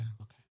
Okay